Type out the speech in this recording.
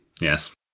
yes